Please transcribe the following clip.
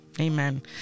amen